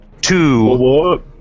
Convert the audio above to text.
Two